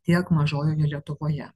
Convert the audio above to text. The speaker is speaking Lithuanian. tiek mažojoje lietuvoje